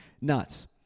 nuts